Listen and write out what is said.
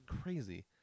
crazy